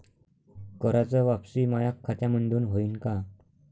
कराच वापसी माया खात्यामंधून होईन का?